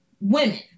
women